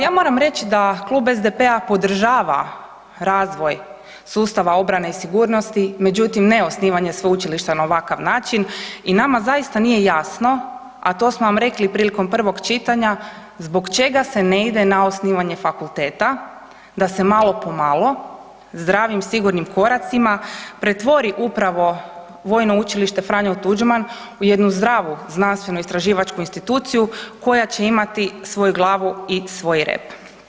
Ja moram reći da klub SDP-a podržava razvoj sustava obrane i sigurnosti međutim ne osnivanje sveučilišta na ovakav način i nama zaista nije jasno a to smo vam rekli prilikom prvog čitanja, zbog čega se ne ide na osnivanje fakulteta, da se malo po malo zdravim i sigurnim koracima, pretvori upravo Vojno učilište „Franjo Tuđman“ u jednu zdravu, znanstveno-istraživačku instituciju koja će imati svoju glavu i svoj rep.